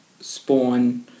spawn